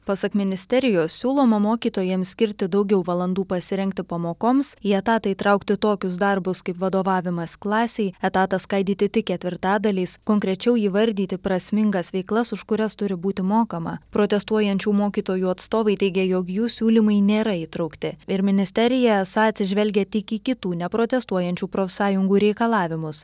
pasak ministerijos siūloma mokytojams skirti daugiau valandų pasirengti pamokoms į etatą įtraukti tokius darbus kaip vadovavimas klasei etatą skaidyti tik ketvirtadaliais konkrečiau įvardyti prasmingas veiklas už kurias turi būti mokama protestuojančių mokytojų atstovai teigia jog jų siūlymai nėra įtraukti ir ministerija esą atsižvelgia tik į kitų neprotestuojančių profsąjungų reikalavimus